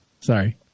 Sorry